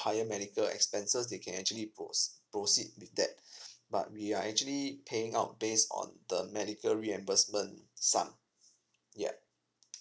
higher medical expenses they can actually pro~ proceed with that but we are actually paying out base on the medical reimbursement sum ya